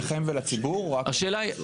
לכם ולציבור או רק לכם?